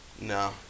No